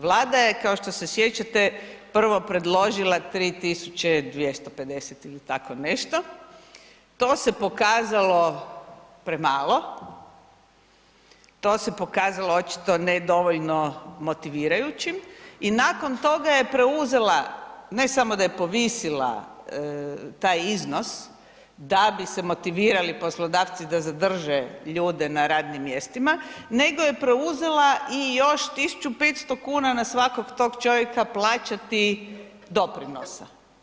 Vlada je, kao što se sjećate, prvo predložila 3 250 ili tako nešto, to se pokazalo premalo, to se pokazalo očito nedovoljno motivirajućim i nakon toga je preuzela, ne samo da je povisila taj iznos da bi se motivirali poslodavci da zadrže ljude na radnim mjestima, nego je preuzela i još 1500 kuna na svakog tog čovjeka plaćati doprinosa.